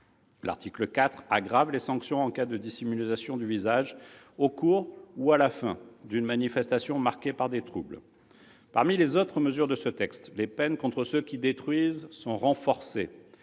L'article 4 aggrave les sanctions en cas de dissimulation de son visage au cours ou à la fin d'une manifestation marquée par des troubles. Parmi les autres mesures de ce texte, les peines contre ceux qui détruisent sont renforcées,